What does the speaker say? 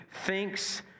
thinks